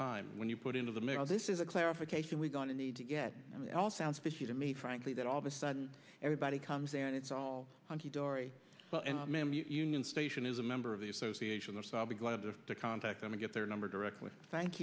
time when you put into the mail this is a clarification we're going to need to get it all sounds fishy to me frankly that all of a sudden everybody comes and it's all hunky dory and union station is a member of the association or so i'll be glad to contact them to get their number directly thank